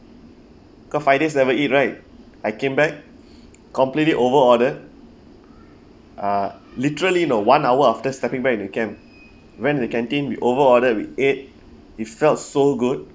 cause friday's never eat right I came back completely over order uh literally no one hour after stepping back in the camp went to the canteen we over ordered we ate it felt so good